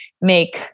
make